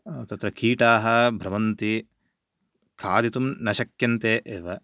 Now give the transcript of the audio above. तत्र कीटाः भ्रमन्ति खादितुं न शक्यन्ते एव